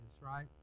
right